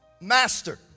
Master